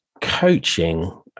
coaching